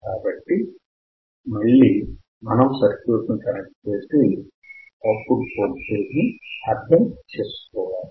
కాబట్టి మళ్ళీ మనం సర్క్యూట్ను కనెక్ట్ చేసి అవుట్ ఫుట్ వోల్టేజ్ ని అర్థం చేసుకోవాలి